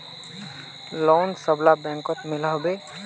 Loan सबला बैंकोत मिलोहो होबे?